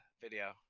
video